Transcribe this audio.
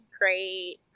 great